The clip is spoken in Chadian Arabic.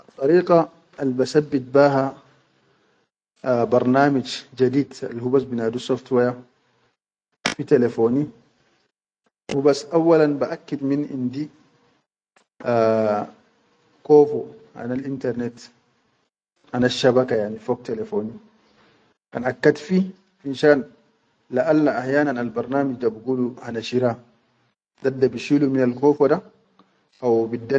Addariqa al basaddid be ha bar namij jadid al hubas bi nadu software fi telefoni hubas auwalan baʼakid min indi a kofo hanal intanet hanashaba ka yani fog telefoni, kan hakat fi finshan lalalla ahyanan albarnami da bigulu hana shira dadda bishilu minal kofo da hawbi.